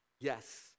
Yes